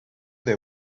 they